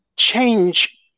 change